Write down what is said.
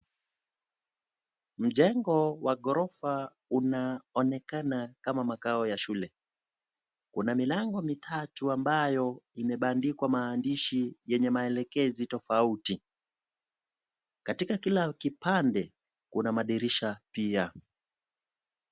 Mjengo wa ghorofa unaonekana kama makao ya shule. Kuna milango mitatu ambayo imebandikwa maandishi yenye maelekezi tofauti. Katika kila kipande kuna madirisha pia.